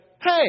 Hey